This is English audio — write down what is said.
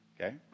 Okay